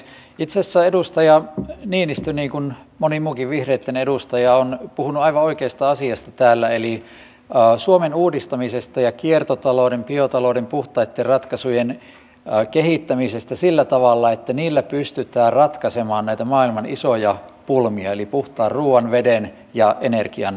itse asiassa edustaja niinistö niin kuin moni muukin vihreitten edustaja on puhunut aivan oikeasta asiasta täällä eli suomen uudistamisesta ja kiertotalouden biotalouden puhtaitten ratkaisujen kehittämisestä sillä tavalla että niillä pystytään ratkaisemaan näitä maailman isoja pulmia eli puhtaan ruuan veden ja energian puutetta